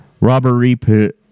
robbery